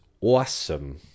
awesome